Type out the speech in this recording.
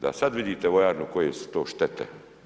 Da sad vidite vojarnu koje su to štete.